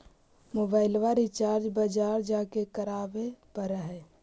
मोबाइलवा रिचार्ज बजार जा के करावे पर है?